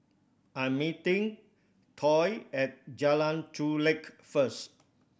I'm meeting Toy at Jalan Chulek first